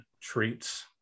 treats